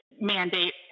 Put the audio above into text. mandate